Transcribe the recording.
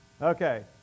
Okay